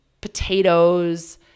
potatoes